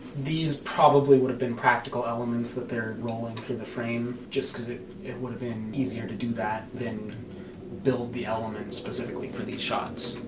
these probably would have been practical elements that they're rolling through the frame, just because it it would have been easier to do that then build the element specifically for these shots